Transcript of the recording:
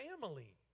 family